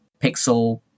pixel